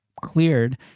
cleared